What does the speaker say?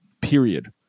period